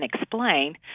explain